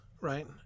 right